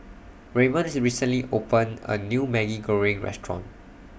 Raymon's recently opened A New Maggi Goreng Restaurant